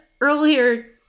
earlier